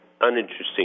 uninteresting